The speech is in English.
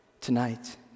Tonight